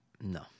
No